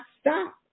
stop